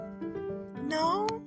No